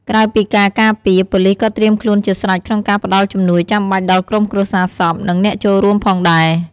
ក្រៅពីការការពារ ប៉ូលីសក៏ត្រៀមខ្លួនជាស្រេចក្នុងការផ្តល់ជំនួយចាំបាច់ដល់ក្រុមគ្រួសារសព និងអ្នកចូលរួមផងដែរ។